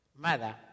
mother